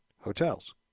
hotels